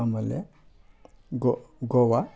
ಆಮೇಲೆ ಗೋವಾ